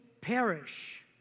perish